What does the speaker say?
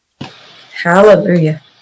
Hallelujah